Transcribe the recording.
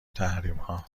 تحریمها